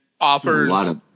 offers